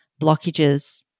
blockages